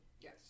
yes